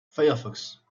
firefox